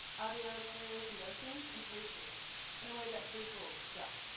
audio carries emotions and places in a way that visuals don't.